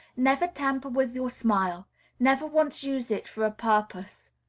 never tamper with your smile never once use it for a purpose.